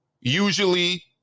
Usually